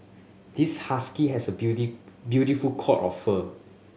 this husky has a beauty beautiful coat of fur